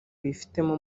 bifitemo